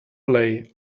play